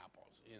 apples